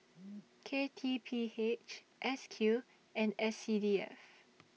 K T P H S Q and S C D F